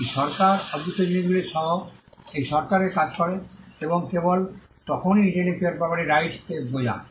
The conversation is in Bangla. এই সরকার অদৃশ্য জিনিসগুলি সহ এই সরকারকে কাজ করে এবং কেবল তখনই ইন্টেলেকচুয়াল প্রপার্টির রাইটস বোঝায়